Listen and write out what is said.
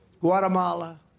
Guatemala